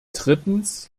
drittens